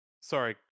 Sorry